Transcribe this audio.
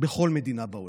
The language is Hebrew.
בכל מדינה בעולם.